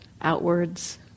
outwards